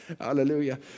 Hallelujah